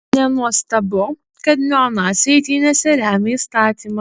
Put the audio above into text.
nenuostabu kad neonaciai eitynėse remia įstatymą